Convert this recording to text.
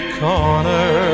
corner